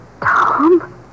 Tom